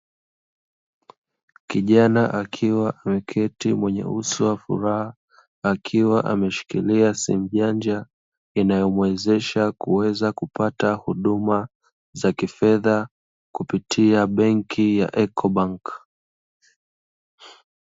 Kijana akiwa ameketi, mwenye uso wa furaha, akiwa ameshikilia simu janja inayomuwezesha kuweza kupata huduma za kifedha kupitia benki ya 'EcoBank'